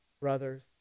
brothers